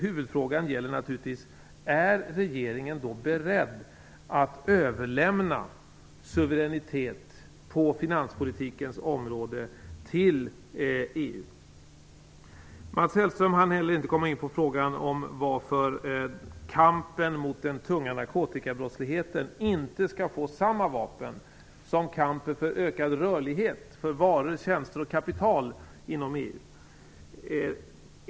Huvudfrågan gäller naturligtvis: Är regeringen beredd att överlämna suveränitet på finanspolitikens område till EU? Mats Hellström hann heller inte komma in på frågan om varför kampen mot den tunga narkotikabrottsligheten inte skall få samma vapen som kampen för ökad rörlighet för varor, tjänster och kapital inom EU.